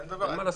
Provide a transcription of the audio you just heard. אין מה לעשות.